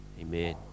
Amen